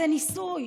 זה ניסוי.